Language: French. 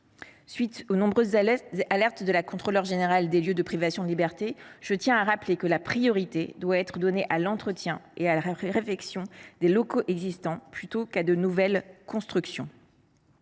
les nombreuses alertes émises par la Contrôleure générale des lieux de privation de liberté, je tiens à rappeler que la priorité doit être donnée à l’entretien et à la réfection des locaux existants plutôt qu’à de nouvelles constructions.